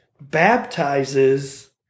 baptizes